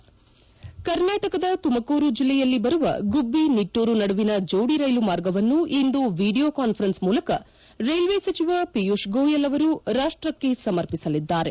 head ಕರ್ನಾಟಕದ ತುಮಕೂರು ಜಲ್ಲೆಯಲ್ಲಿ ಬರುವ ಗುಬ್ಲಿ ನಿಟ್ನೂರು ನಡುವಿನ ಜೋಡಿ ರೈಲು ಮಾರ್ಗವನ್ನು ಇಂದು ವಿಡಿಯೋ ಕಾಸ್ಫರೆನ್ಸ್ ಮೂಲಕ ರೈಲ್ವೆ ಸಚಿವ ಪಿಯೂಶ್ ಗೋಯಲ್ ಅವರು ರಾಷ್ಟಕ್ಕೆ ಸಮರ್ಪಿಸಲಿದ್ದಾರೆ